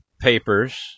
papers